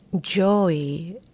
joy